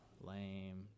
lame